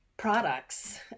Products